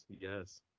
yes